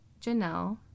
Janelle